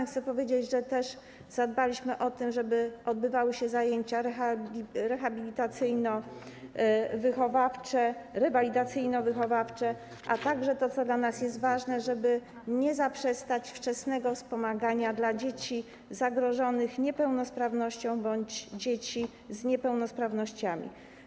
Chcę powiedzieć, że też zadbaliśmy o to, żeby odbywały się zajęcia rehabilitacyjno-wychowawcze, rewalidacyjno-wychowawcze, a także o to, co dla nas jest ważne - żeby nie zaprzestać wczesnego wspomagania dzieci zagrożonych niepełnosprawnością bądź dzieci z niepełnosprawnościami.